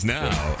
now